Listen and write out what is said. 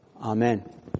Amen